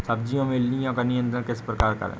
सब्जियों में इल्लियो का नियंत्रण किस प्रकार करें?